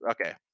okay